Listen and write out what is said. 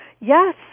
Yes